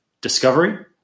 discovery